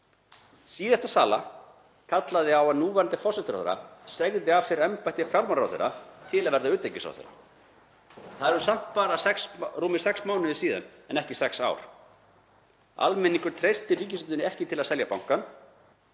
Síðasta sala kallaði á að núverandi forsætisráðherra segði af sér embætti fjármálaráðherra, til að verða utanríkisráðherra. Það eru samt bara rúmir sex mánuðir síðan en ekki sex ár. Almenningur treystir ríkisstjórninni ekki til að selja bankann.